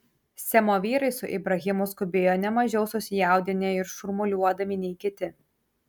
semo vyrai su ibrahimu skubėjo ne mažiau susijaudinę ir šurmuliuodami nei kiti